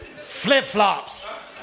Flip-flops